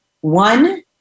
One